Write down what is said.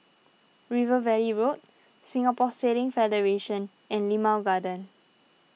River Valley Road Singapore Sailing Federation and Limau Garden